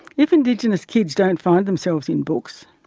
if indigenous kids don't find themselves in books,